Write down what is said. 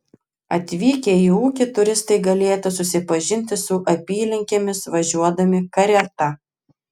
atvykę į ūkį turistai galėtų susipažinti su apylinkėmis važiuodami karieta